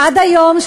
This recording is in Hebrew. עד היום,